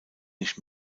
nicht